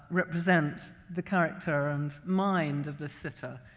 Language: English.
represent the character and mind of the sitter.